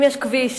אם יש כביש